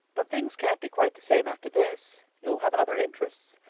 but things can't be quite the same after this. you'll have other interests.